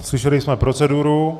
Slyšeli jsme proceduru.